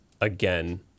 again